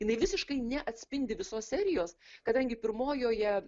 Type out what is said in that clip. jinai visiškai neatspindi visos serijos kadangi pirmojoje